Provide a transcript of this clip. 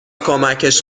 کمکش